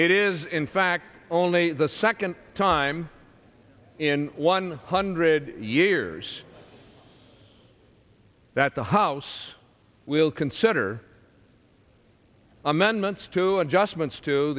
it is in fact only the second time in one hundred years that the house will consider amendments to adjustments t